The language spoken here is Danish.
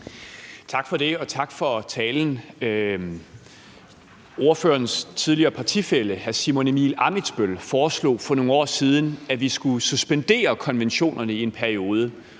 Tak for det, og tak for talen. Ordførerens tidligere partifælle hr. Simon Emil Ammitzbøll foreslog for nogle år siden, at vi skulle suspendere konventionerne i en periode.